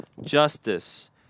justice